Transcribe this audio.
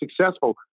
successful